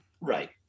Right